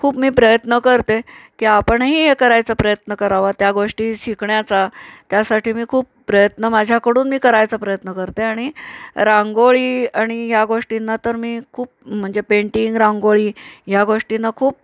खूप मी प्रयत्न करते की आपणही हे करायचा प्रयत्न करावा त्या गोष्टी शिकण्याचा त्यासाठी मी खूप प्रयत्न माझ्याकडून मी करायचा प्रयत्न करते आणि रांगोळी आणि ह्या गोष्टींना तर मी खूप म्हंजे पेंटिंग रांगोळी ह्या गोष्टींना खूप